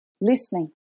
listening